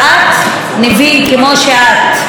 ואת, ניבין, כמו שאת,